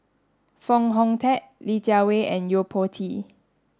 Foo Hong Tatt Li Jiawei and Yo Po Tee